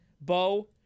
Bo